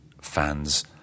fans